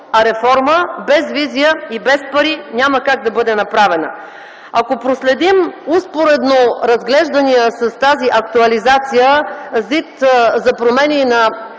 а реформа без визия и без пари няма как да бъде направена. Ако проследим успоредно разглеждания с тази актуализация ЗИД за промени на